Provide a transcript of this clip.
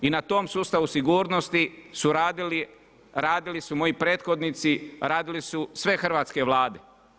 I na tom sustavu sigurnosti su radili, radili su moji prethodnici, radili su sve hrvatske Vlade.